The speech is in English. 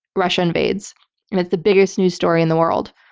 russia invades. and it's the biggest news story in the world.